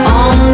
on